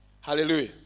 Hallelujah